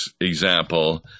example